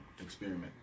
experiment